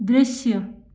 दृश्य